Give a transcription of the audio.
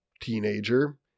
teenager